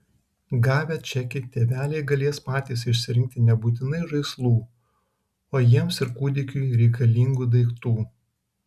gavę čekį tėveliai galės patys išsirinkti nebūtinai žaislų o jiems ir kūdikiui reikalingų daiktų